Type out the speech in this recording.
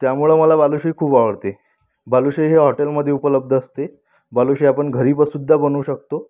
त्यामुळे मला बालुशाही खूप आवडते बालुशाही हे हॉटेलमध्ये उपलब्ध असते बालुशाही आपण घरीबसुद्धा बनवू शकतो